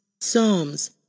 Psalms